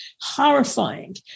Horrifying